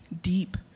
deep